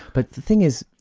but the thing is,